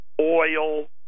oil